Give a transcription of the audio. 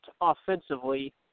offensively